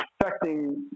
affecting